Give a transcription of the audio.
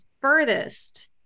furthest